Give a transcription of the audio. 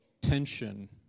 tension